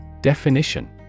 Definition